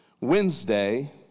Wednesday